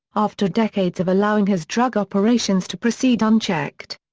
after decades of allowing his drug operations to proceed unchecked.